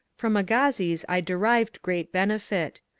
from agassiz i derived great benefit.